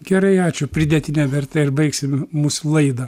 gerai ačiū pridėtine verte ir baigsim mūsų laidą